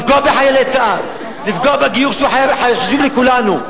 לפגוע בחיילי צה"ל, לפגוע בגיור שחשוב לכולנו?